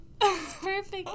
perfect